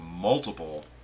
multiple